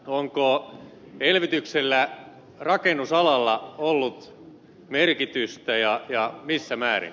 onko elvytyksellä rakennusalalla ollut merkitystä ja missä määrin